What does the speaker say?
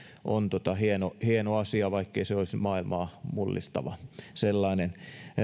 on hieno hieno asia vaikkei se olisi maailmaa mullistava sellainen